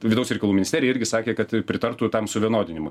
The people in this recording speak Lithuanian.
vidaus reikalų ministerija irgi sakė kad pritartų tam suvienodinimu